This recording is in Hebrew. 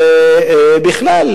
ובכלל,